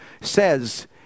says